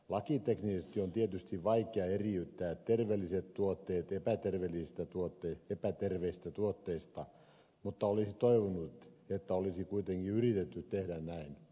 lakiteknisesti on tietysti vaikea eriyttää terveelliset tuotteet epäterveellisistä tuotteista mutta olisi toivonut että olisi kuitenkin yritetty tehdä näin